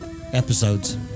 episodes